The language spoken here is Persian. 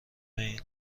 این